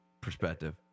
perspective